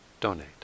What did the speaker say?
donate